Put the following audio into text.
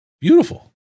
beautiful